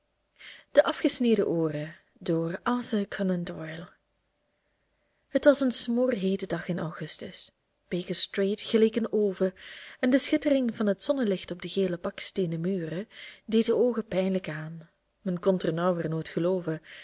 de afgesneden ooren het was een smoorheete dag in augustus baker street geleek een oven en de schittering van het zonnelicht op de gele baksteenen muren deed de oogen pijnlijk aan men kon ternauwernood